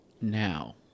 now